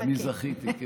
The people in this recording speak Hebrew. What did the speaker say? אני זכיתי.